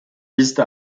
vise